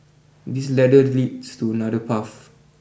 this ladder leads to another path